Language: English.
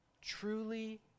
Truly